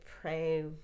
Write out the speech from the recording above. pray